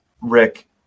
Rick